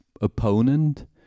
opponent